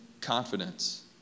confidence